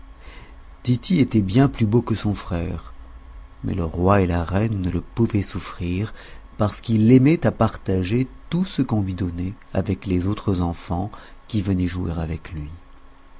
tity était bien plus beau que son frère mais le roi et la reine ne le pouvaient souffrir parce qu'il aimait à partager tout ce qu'on lui donnait avec les autres enfants qui venaient jouer avec lui